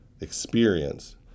experience